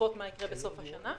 לצפות מה יקרה בסוף השנה.